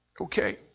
Okay